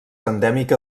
endèmica